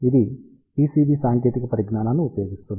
ఇది పిసిబి సాంకేతిక పరిజ్ఞానాన్ని ఉపయోగిస్తుంది